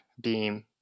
beam